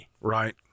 right